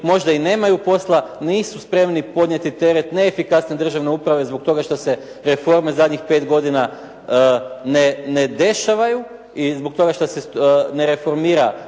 možda i nemaju posla, nisu spremni podnijeti teret neefikasne državne uprave zbog toga što se reforme zadnjih pet godina ne dešavaju i zbog toga što se ne reformira